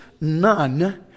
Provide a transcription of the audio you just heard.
none